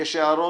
יש הערות?